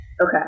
Okay